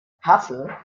hassel